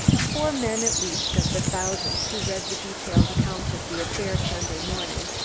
four men, at least, of the thousands who read the detailed account of the affair sunday morning,